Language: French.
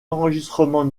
enregistrements